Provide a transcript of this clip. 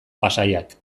pasaiak